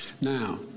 now